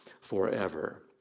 forever